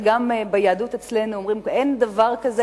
וגם אצלנו ביהדות אומרים שאין דבר כזה